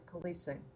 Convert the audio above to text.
policing